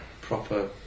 Proper